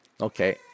Okay